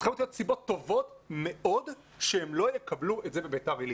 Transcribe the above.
צריכות להיות סיבות טובות מאוד שהם לא יקבלו את זה בביתר עילית.